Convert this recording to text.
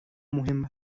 مهم